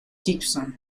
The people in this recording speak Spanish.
gibson